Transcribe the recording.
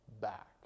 back